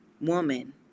woman